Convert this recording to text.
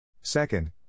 Second